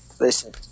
Listen